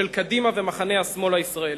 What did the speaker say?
של קדימה ומחנה השמאל הישראלי.